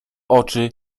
oczy